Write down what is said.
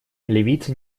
ливийцы